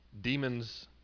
Demons